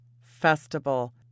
festival